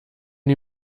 die